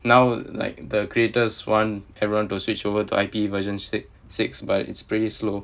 now like the creators want everyone to switch over to I_P version six six but it's pretty slow